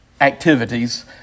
activities